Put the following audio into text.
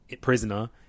prisoner